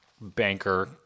banker